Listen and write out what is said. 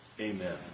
Amen